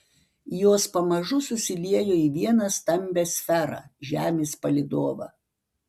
jos pamažu susiliejo į vieną stambią sferą žemės palydovą